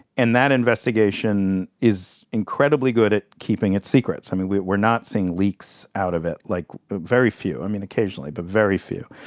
and that investigation is incredibly good at keeping its secrets. i mean we're we're not seeing leaks out of it like, very few i mean occasionally but very few.